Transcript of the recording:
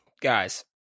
guys